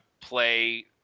play